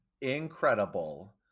incredible